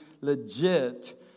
legit